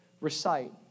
recite